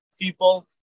people